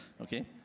okay